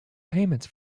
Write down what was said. payments